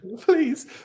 Please